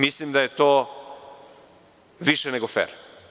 Mislim da je to više nego fer.